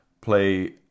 play